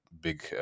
big